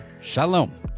Shalom